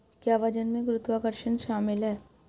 क्या वजन में गुरुत्वाकर्षण शामिल है?